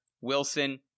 Wilson